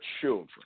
children